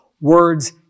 words